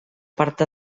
part